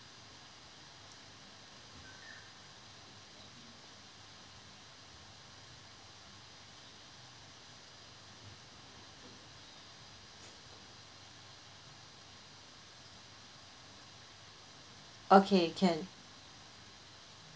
okay can